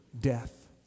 death